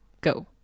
Go